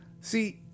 See